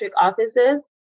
offices